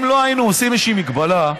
אם לא היינו עושים איזושהי מגבלה,